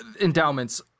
Endowments